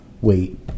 wait